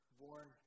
born